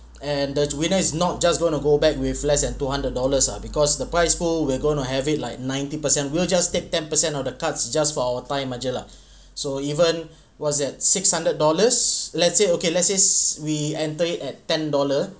and the winner is not just gonna go back with less than two hundred dollars ah because the prize pool we're going to have it like ninety percent we'll just take ten percent of the carts just for our time saja lah so even was at six hundred dollars let's say okay let's say we enter it at ten dollar